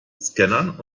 scannern